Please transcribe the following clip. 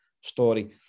story